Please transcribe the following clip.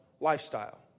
lifestyle